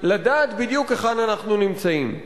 לדעת בדיוק היכן אנחנו נמצאים.